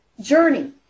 journey